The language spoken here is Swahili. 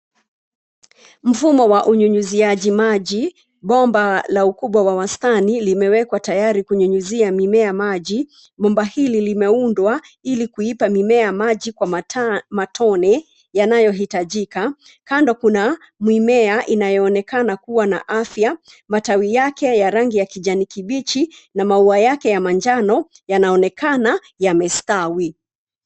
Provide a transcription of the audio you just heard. Mfumo wa unyunyuziaji maji, bomba la ukubwa wa wastani limewekwa tayari kunyunyizia mimea maji. Bomba hili limeundwa ili kuipa mimea maji kwa mataa matone yanayohitajika. Kando kuna mimea inayoonekana kuwa na afya. Matawi yake ya rangi ya kijani kibichi na maua yake ya manjano yanaonekana yamestawi.